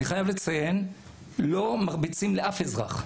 לא מרביצים לאף אזרח.